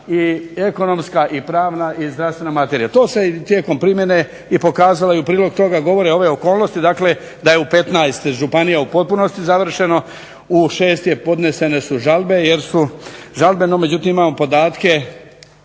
i ekonomska i pravna i zdravstvena materija. To se tijekom primjene i pokazalo i u prilog toga govore ove okolnosti, dakle da je u 15 županija u potpunosti završeno, u 6 su podnesene žalbe jer su žalbe, no međutim imamo podatke